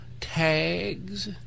tags